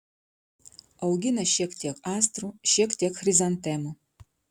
augina šiek tiek astrų šiek tiek chrizantemų